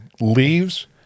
leaves